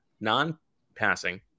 non-passing